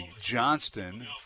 Johnston